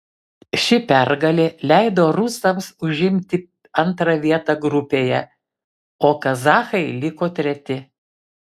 ši pergalė leido rusams užimti antrą vietą grupėje o kazachai liko treti